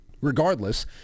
Regardless